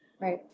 Right